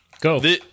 Go